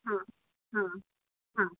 હા હા હા